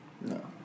No